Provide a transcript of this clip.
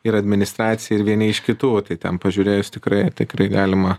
ir administracija ir vieni iš kitų tai ten pažiūrėjus tikrai tikrai galima